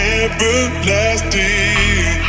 everlasting